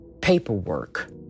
paperwork